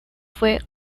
fue